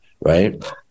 right